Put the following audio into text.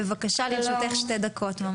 לרשותך שתי דקות.